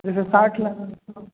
जैसे साठ हो